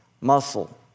muscle